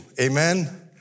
Amen